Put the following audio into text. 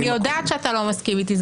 אני יודעת שאתה לא מסכים איתי.